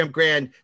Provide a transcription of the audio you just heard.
Grand